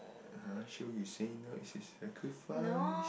(uh huh) sure you say no you willing to sacrifice